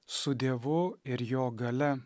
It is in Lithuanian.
su dievu ir jo galia